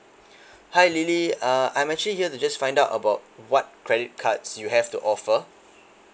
hi lily uh I'm actually here to just find out about what credit cards you have to offer